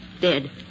dead